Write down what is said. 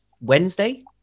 Wednesday